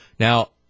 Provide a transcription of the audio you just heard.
Now